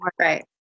Right